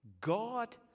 God